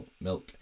milk